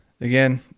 Again